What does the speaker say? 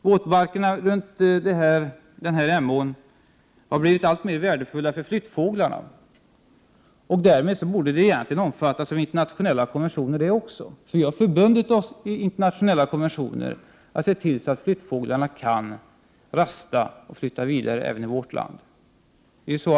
Våtmarkerna kring Emån har blivit alltmer värdefulla för flyttfåglarna. Våtmarkerna borde därmed egentligen också omfattas av internationella konventioner. Vi har nämligen i internationella konventioner förbundit oss att se till att flyttfåglarna även i vårt land kan rasta och flytta vidare.